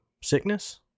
sickness